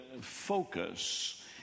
focus